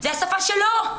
זו השפה שלו.